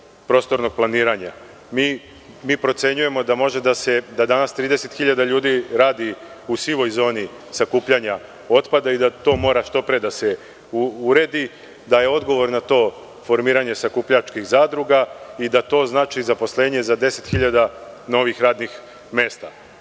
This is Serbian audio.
prostornog planiranja. Mi procenjujemo da može 30 hiljada ljudi da radi u sivoj zoni sakupljanja otpada i da to mora što pre da se uredi, da je odgovor na to formiranje sakupljačkih zadruga i da to znači zaposlenje za 10 hiljada novih radnih